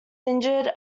injured